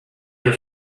your